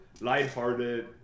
lighthearted